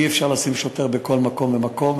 אי-אפשר לשים שוטר בכל מקום ומקום,